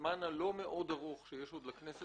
בשבוע האחרון את המחויבות שלך לקידום של חקיקה סביבתית.